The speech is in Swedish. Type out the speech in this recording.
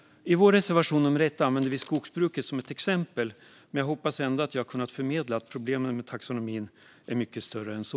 I vår reservation nummer 1 använder vi skogsbruket som exempel, men jag hoppas att jag har kunnat förmedla att problemen med taxonomin är mycket större än så.